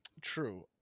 True